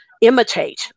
imitate